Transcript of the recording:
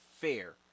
fair